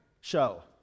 show